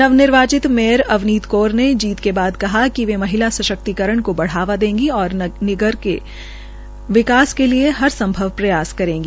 नव निर्वाचित मेयर अवनीत कौर ने जीत के बाद कहा कि वो महिला सशक्तिकरण को बढ़ावा देगी और नगर के विकास के लिए हर संभव प्रयास करेगी